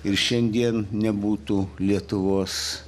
ir šiandien nebūtų lietuvos